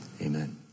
Amen